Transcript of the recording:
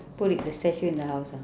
put the statue in the house ah